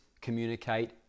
communicate